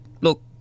look